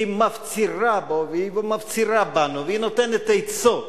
היא מפצירה בו והיא מפצירה בנו והיא נותנת עצות.